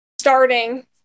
starting